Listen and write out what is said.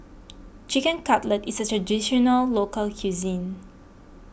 Chicken Cutlet is a Traditional Local Cuisine